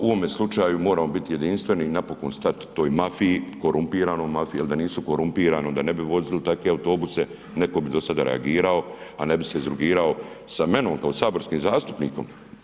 U ovome slučaju moramo biti jedinstveni i napokon stat toj mafiji, korumpiranoj mafiji ili da nisu korumpirani onda ne bi vozili takve autobuse, netko bi dosada reagirao a ne bi se izrugivao sa menom kao saborskim zastupnikom.